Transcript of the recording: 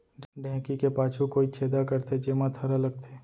ढेंकी के पाछू कोइत छेदा करथे, जेमा थरा लगथे